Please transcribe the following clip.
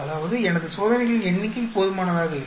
அதாவது எனது சோதனைகளின் எண்ணிக்கை போதுமானதாக இல்லை